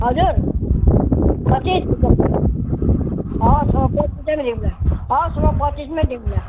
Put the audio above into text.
हजुर पच्चिस हवस् पच्चिस रुप्पे लिउँला हवस् म पच्चिसमा दिउँला